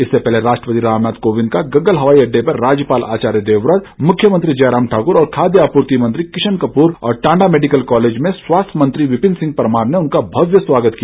इससे पहले राष्ट्रपति रामनाथ कोविंद का गम्गल हवाई अड़डे पर राज्यपाल आचार्य देवव्रत मुख्यमंत्री जयराम ठाकुर और खाद्य आपूर्ति मंत्री किशन कपूर और टांडा मेडिकल कॉलेज ने स्वास्थ्य मंत्री विपिन सिंह परमार ने उनका भव्य स्वागत किया